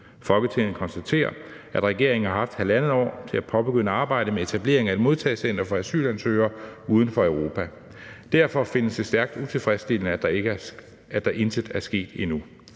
Folketinget konstaterer, at regeringen har haft halvandet år til at påbegynde arbejdet med etablering af et modtagecenter for asylansøgere uden for Europa. Derfor findes det stærkt utilfredsstillende, at der intet er sket endnu.